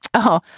oh,